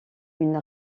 une